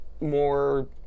more